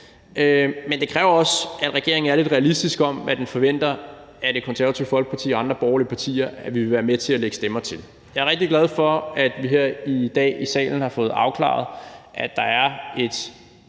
men det kræver også, at regeringen er lidt realistisk om, hvad den forventer at Det Konservative Folkeparti og andre borgerlige partier vil være med til at lægge stemmer til. Jeg er rigtig glad for, at vi her i dag i salen har fået afklaret, at der er et